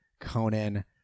Conan